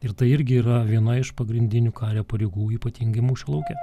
ir tai irgi yra viena iš pagrindinių kario pareigų ypatingai mūšio lauke